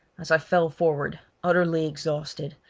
as i fell forward, utterly exhausted,